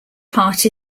part